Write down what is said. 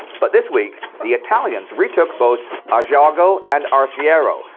but this week the italians retook both asiago and arserio,